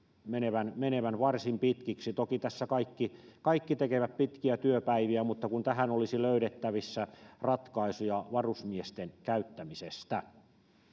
menevän menevän varsin pitkiksi toki tässä kaikki kaikki tekevät pitkiä työpäiviä mutta tähän olisi löydettävissä ratkaisuja varusmiesten käyttämisestä